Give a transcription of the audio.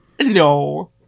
No